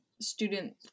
student